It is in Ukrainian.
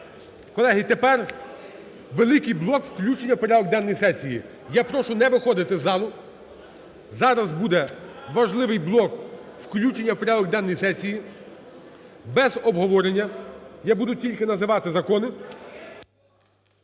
Колеги, тепер великий блок включення в порядок денний сесії. Я прошу не виходити з залу, зараз буде важливий блок включення в порядок денний сесії без обговорення, я буду тільки називати закони